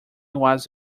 was